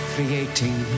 Creating